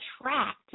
attract